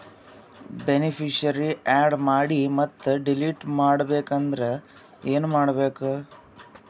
Beneficiary, add ಮಾಡಿ ಮತ್ತೆ delete ಮಾಡಬೇಕೆಂದರೆ ಏನ್ ಮಾಡಬೇಕು?